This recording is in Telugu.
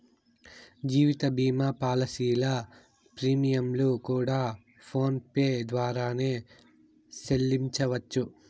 జీవిత భీమా పాలసీల ప్రీమియంలు కూడా ఫోన్ పే ద్వారానే సెల్లించవచ్చు